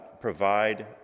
provide